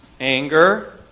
anger